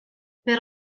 per